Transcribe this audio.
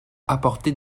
apporter